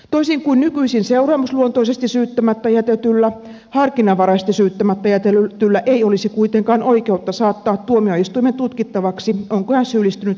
toisin kuin nykyisin seuraamusluontoisesti syyttämättä jätetyllä harkinnanvaraisesti syyttämättä jätetyllä ei olisi kuitenkaan oikeutta saattaa tuomioistuimen tutkittavaksi onko hän syyllistynyt rikokseen